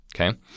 okay